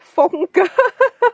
风格